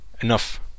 enough